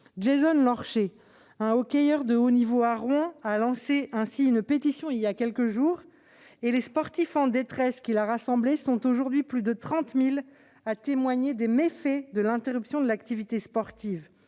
Jason Lorcher, ancien hockeyeur de haut niveau à Rouen, a ainsi lancé une pétition, voilà quelques jours. Les « sportifs en détresse » qu'il a rassemblés sont aujourd'hui plus de 30 000 à témoigner des méfaits de l'interruption de l'activité sportive